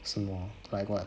什么 like what